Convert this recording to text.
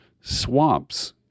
swamps